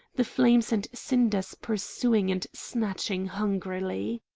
the flames and cinders pursuing and snatching hungrily.